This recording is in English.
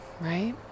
right